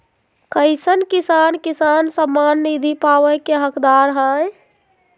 कईसन किसान किसान सम्मान निधि पावे के हकदार हय?